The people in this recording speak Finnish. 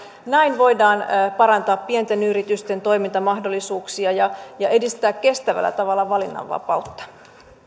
näin voidaan parantaa pienten yritysten toimintamahdollisuuksia ja ja edistää kestävällä tavalla valinnanvapautta